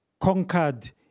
conquered